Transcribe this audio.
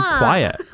quiet